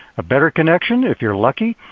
a better connection, if you're lucky,